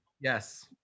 Yes